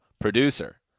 producer